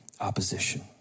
opposition